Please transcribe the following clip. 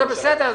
זה בסדר.